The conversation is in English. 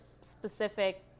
specific